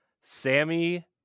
sammy